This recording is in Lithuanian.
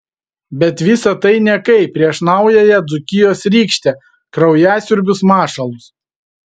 bet visa tai niekai prieš naująją dzūkijos rykštę kraujasiurbius mašalus